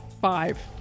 five